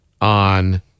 on